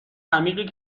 عمیقی